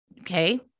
Okay